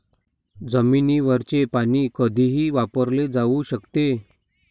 जमिनीवरचे पाणी कधीही वापरले जाऊ शकते